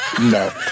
No